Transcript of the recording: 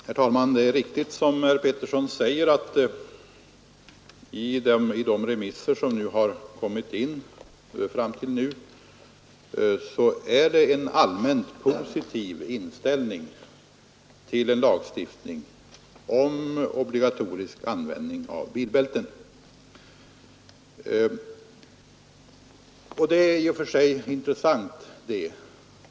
Herr talman! Det är riktigt som herr Pettersson i Lund säger att i de remissvar som har kommit in fram till nu är det en allmänt positiv inställning till en lagstiftning om obligatorisk användning av bilbälten. Detta är i och för sig intressant.